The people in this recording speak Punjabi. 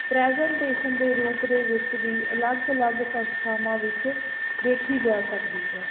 ਪ੍ਰੈਜੈਂਟੇਸ਼ਨ ਦੇ ਰੂਪ ਦੇ ਵਿੱਚ ਵੀ ਅਲੱਗ ਅਲੱਗ ਸੰਸਥਾਵਾਂ ਵਿੱਚ ਦੇਖੀ ਜਾ ਸਕਦੀ ਹੈ